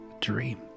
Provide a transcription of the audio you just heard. dream